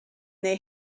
they